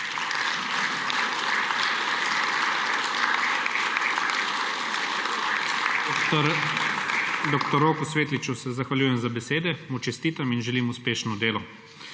Dr. Roku Svetliču se zahvaljujem za besede, mu čestitam in želim uspešno delo.